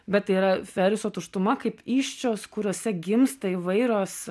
bet yra feriso tuštuma kaip įsčios kuriose gimsta įvairios